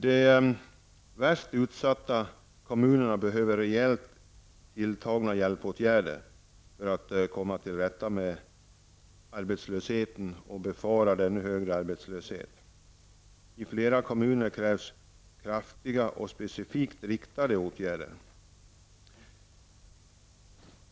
De värst utsatta kommunerna behöver rejält tilltagna hjälpåtgärder för att komma till rätta med arbetslösheten och förebygga en hög arbetslöshet. I flera kommuner krävs kraftiga och specifikt riktade åtgärder.